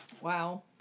Wow